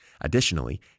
Additionally